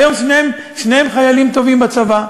והיום שניהם חיילים טובים בצבא.